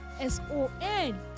S-O-N